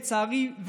לצערי.